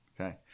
Okay